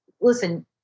listen